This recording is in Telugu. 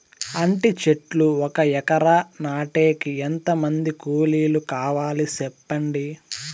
అంటి చెట్లు ఒక ఎకరా నాటేకి ఎంత మంది కూలీలు కావాలి? సెప్పండి?